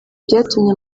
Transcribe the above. byatumye